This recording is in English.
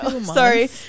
sorry